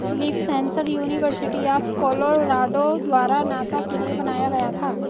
leaf sensor university of Colorado द्वारा NASA के लिए बनाया गया था